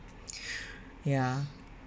ya